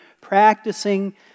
practicing